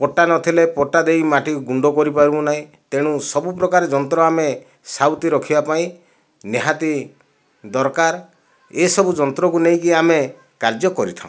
ପଟା ନଥିଲେ ପଟା ଦେଇ ମାଟି ଗୁଣ୍ଡ କରି ପାରିବୁ ନାହିଁ ତେଣୁ ସବୁ ପ୍ରକାର ଯନ୍ତ୍ର ଆମେ ସାଉତି ରଖିବା ପାଇଁ ନିହାତି ଦରକାର ଏସବୁ ଯନ୍ତ୍ରକୁ ନେଇକି ଆମେ କାର୍ଯ୍ୟ କରିଥାଉଁ